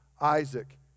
Isaac